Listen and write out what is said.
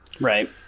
Right